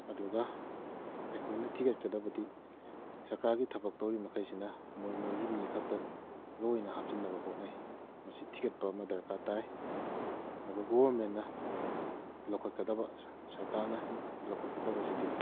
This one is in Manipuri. ꯑꯗꯨꯒ ꯑꯩꯈꯣꯏꯅ ꯊꯤꯒꯠꯀꯗꯕꯗꯤ ꯁꯔꯀꯥꯔꯒꯤ ꯊꯕꯛ ꯇꯧꯔꯤ ꯃꯈꯩꯁꯤꯅ ꯃꯣꯏ ꯃꯣꯏꯒꯤ ꯃꯤ ꯈꯛꯇ ꯂꯣꯏꯅ ꯍꯥꯞꯆꯤꯟꯅꯕ ꯍꯣꯠꯅꯩ ꯃꯁꯤ ꯊꯤꯒꯠꯄ ꯑꯃ ꯗꯔꯀꯥꯔ ꯇꯥꯏ ꯒꯣꯔꯃꯦꯟꯅ ꯂꯧꯈꯠꯀꯗꯕ ꯁꯔꯀꯥꯔꯅ ꯂꯧꯈꯠꯀꯗꯕꯁꯤꯗꯤ